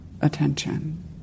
Attention